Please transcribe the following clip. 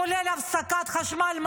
כולל הפסקת חשמל,